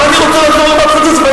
אבל אני רוצה לחזור למדחת יוסף.